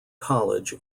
college